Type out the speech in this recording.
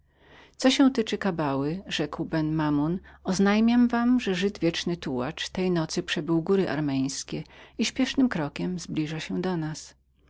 co się tyczy kabały rzekł ben mamoun oznajmiam wam że żyd wieczny tułacz tej nocy przebył góry armeńskie i że śpiesznym krokiem zbliża się do nas